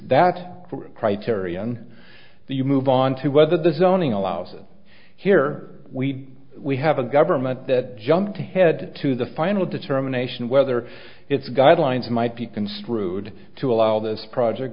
that criterion that you move on to whether this is owning allows it here we we have a government that jumped ahead to the final determination whether its guidelines might be construed to allow this project